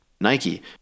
Nike